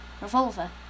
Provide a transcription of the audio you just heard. revolver